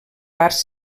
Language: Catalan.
parts